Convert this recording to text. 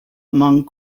among